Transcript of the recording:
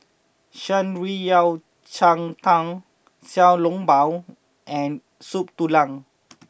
Shan Rui Yao Cai Tang Xiao Long Bao and Soup Tulang